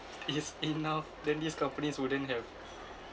it's enough then these companies wouldn't have